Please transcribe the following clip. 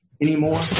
anymore